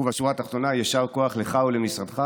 ובשורה התחתונה, יישר כוח לך ולמשרדך.